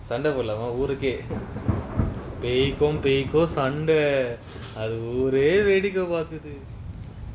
சண்ட போடலாமா ஊருக்கே பேய்க்கும் பேய்க்கும் சண்ட அத ஊரே வேடிக்க பாக்குது:sanda podalaama ooruke peikum peikum sanda atha oore vedika paakuthu